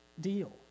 deal